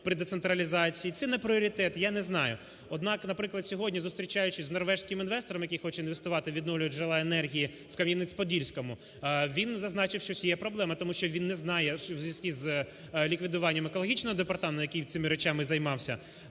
при децентралізації, чи не пріоритет, - я не знаю. Однак, наприклад, сьогодні, зустрічаючись з норвезьким інвестором, який хоче інвестувати, відновлювати джерела енергії в Кам'янець-Подільському, він зазначив, що є проблема. Тому що він не знає у зв'язку з ліквідуванням екологічного департаменту, який цими речами займався,